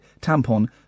tampon